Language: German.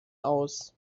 aus